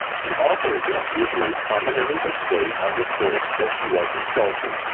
the author is usually prominently displayed on the source that you are consulting.